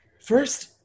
first